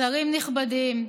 שרים נכבדים,